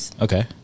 okay